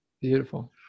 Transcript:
Beautiful